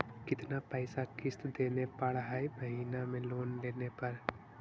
कितना पैसा किस्त देने पड़ है महीना में लोन लेने पर?